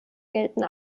gelten